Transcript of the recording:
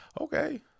Okay